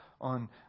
on